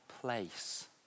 place